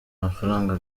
amafaranga